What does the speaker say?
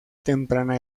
temprana